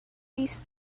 these